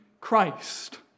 Christ